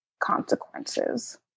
consequences